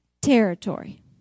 territory